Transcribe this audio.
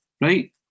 right